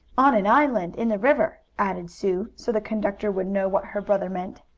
on an island in the river, added sue, so the conductor would know what her brother meant.